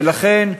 ולכן,